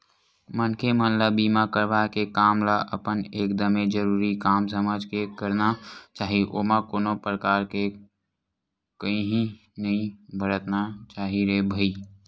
मनखे मन ल बीमा करवाय के काम ल अपन एकदमे जरुरी काम समझ के करना चाही ओमा कोनो परकार के काइही नइ बरतना चाही रे भई